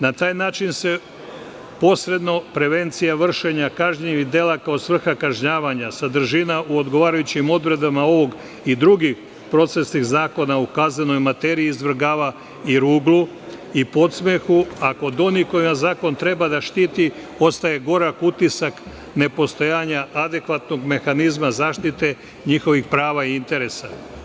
Na taj način se posredno prevencija vršenja kažnjivih dela, kao svrha kažnjavanja, sadržina u odgovarajućim odredbama ovog i drugih procesnih zakona ukazanoj materiji izvrgava i ruglu i podsmehu a kod onih koja zakon treba da štiti ostaje gorak utisak nepostojanja adekvatnog mehanizma zaštite njihovih prava i interesa.